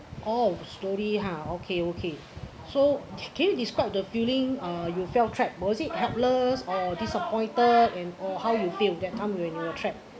oh story ha okay okay so can you describe the feeling uh you felt trapped was it helpless or disappointed and or how you feel that time when you were trapped